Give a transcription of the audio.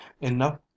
enough